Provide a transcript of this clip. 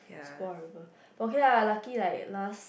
super horrible but okay lah lucky like last